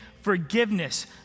forgiveness